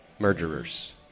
Murderers